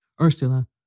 Ursula